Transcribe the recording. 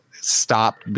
stopped